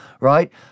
right